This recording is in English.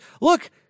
look